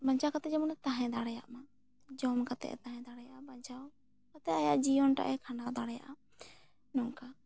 ᱵᱟᱧᱪᱟᱣ ᱠᱟᱛᱮ ᱡᱮᱢᱚᱱ ᱛᱟᱦᱮᱸ ᱫᱟᱲᱮᱭᱟᱢᱟ ᱡᱚᱢ ᱠᱟᱛᱮ ᱛᱟᱦᱮᱸ ᱫᱟᱲᱮᱭᱟ ᱵᱟᱧᱪᱟᱣ ᱟᱭᱟ ᱡᱤᱭᱚᱱ ᱟᱭᱟ ᱠᱷᱟᱸᱰᱟᱣ ᱫᱟᱲᱮᱭᱟᱜᱼᱟ ᱱᱚᱱᱠᱟ